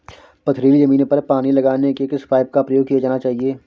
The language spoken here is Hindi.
पथरीली ज़मीन पर पानी लगाने के किस पाइप का प्रयोग किया जाना चाहिए?